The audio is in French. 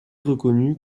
reconnu